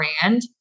brand